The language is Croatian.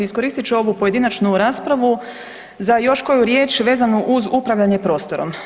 Iskoristit ću ovu pojedinačnu raspravu za još koju riječ vezano uz upravljanje prostorom.